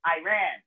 Iran